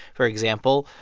for example,